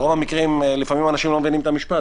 ברוב המקרים אנשים לא מבינים את המשפט,